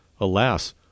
Alas